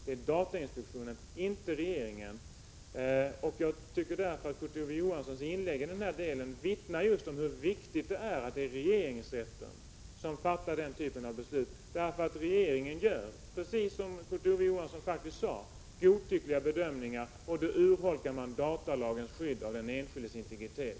Det är datainspektionen, inte regeringen, som skall göra det. Jag tycker därför att Kurt Ove Johanssons inlägg i den delen vittnar om hur viktigt det är att det är regeringsrätten som fattar den här typen av beslut. Regeringen gör, precis som Kurt Ove Johansson faktiskt sade, godtyckliga bedömningar, och då urholkas datalagens skydd av den enskildes integritet.